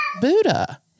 Buddha